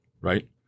right